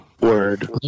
Word